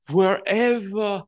wherever